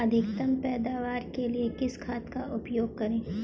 अधिकतम पैदावार के लिए किस खाद का उपयोग करें?